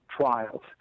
trials